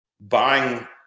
buying